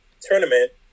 tournament